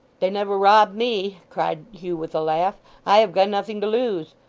they never rob me cried hugh with a laugh. i have got nothing to lose.